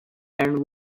and